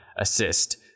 Assist